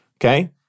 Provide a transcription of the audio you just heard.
okay